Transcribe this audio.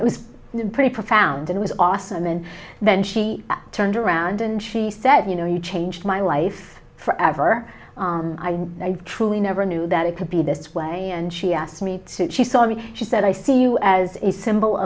it was pretty profound it was awesome and then she turned around and she said you know you changed my life forever i truly never knew that it could be this way and she asked me to she saw me she said i see you as a symbol